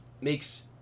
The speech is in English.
makes